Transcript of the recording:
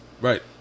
Right